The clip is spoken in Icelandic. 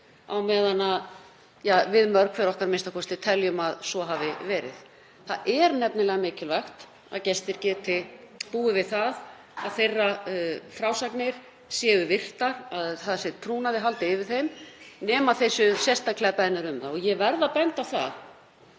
á meðan við, mörg hver okkar a.m.k., teljum að svo hafi verið. Það er nefnilega mikilvægt að gestir geti búið við það að þeirra frásagnir séu virtar og trúnaði haldið yfir þeim nema þeir séu sérstaklega beðnir um það. Ég verð að benda á það